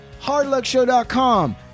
HardluckShow.com